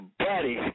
buddy